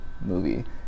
movie